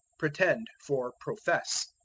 pretend for profess.